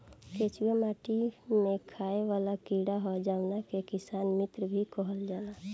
केचुआ माटी में खाएं वाला कीड़ा ह जावना के किसान मित्र भी कहल जाला